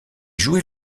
joues